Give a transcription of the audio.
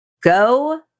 Go